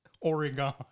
Oregon